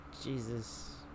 Jesus